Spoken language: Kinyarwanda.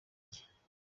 jye